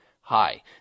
Hi